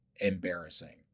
embarrassing